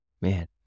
Man